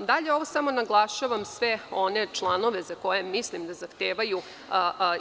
Dalje, ovo samo naglašavam sve one članove za koje mislim da zahtevaju,